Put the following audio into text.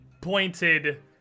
pointed